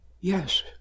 yes